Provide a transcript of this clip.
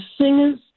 singers